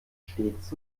stets